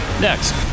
next